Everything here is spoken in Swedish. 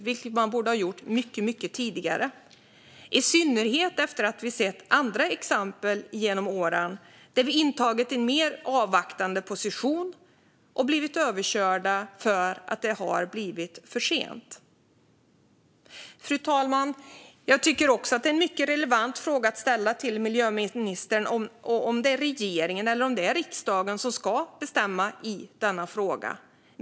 Det borde ha gjorts mycket tidigare, i synnerhet med tanke på att vi genom åren sett andra exempel på att Sverige intagit en mer avvaktande position och blivit överkört därför att det har blivit för sent. Fru talman! Jag tycker också att det är en mycket relevant fråga att ställa till miljöministern om det är regeringen eller riksdagen som ska bestämma i denna fråga.